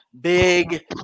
big